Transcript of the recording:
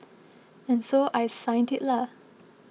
and so I signed it lah